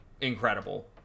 incredible